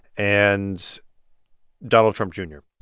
and donald trump jr